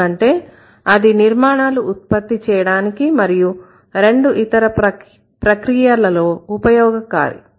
ఎందుకంటే అది నిర్మాణాలు ఉత్పత్తి చేయడానికి మరియు రెండు ఇతర ప్రక్రియలలో ఉపయోగకారి